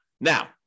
Now